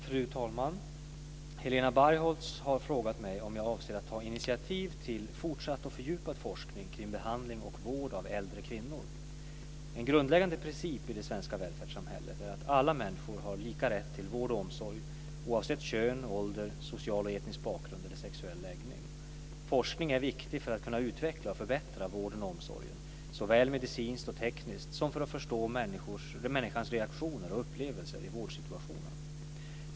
Fru talman! Helena Bargholtz har frågat mig om jag avser att ta initiativ till fortsatt och fördjupad forskning kring behandling och vård av äldre kvinnor. En grundläggande princip i det svenska välfärdssamhället är att alla människor har lika rätt till vård och omsorg oavsett kön, ålder, social och etnisk bakgrund eller sexuell läggning. Forskning är viktig för att kunna utveckla och förbättra vården och omsorgen såväl medicinskt och tekniskt som för att förstå människans reaktioner och upplevelser i vårdsituationen.